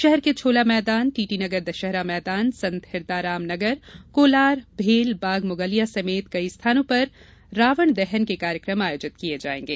शहर के छोला मैदान टीटीनगर दशहरा मैदान संत हिरदाराम नगर कोलार भेल बाग मुगलिया समेत कई स्थानों पर कल रावण दहन के कार्यक्रम आयोजित किये जायेंगे